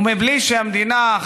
ומבלי שהמדינה,